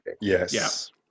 Yes